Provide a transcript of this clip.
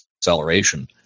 acceleration